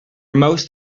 most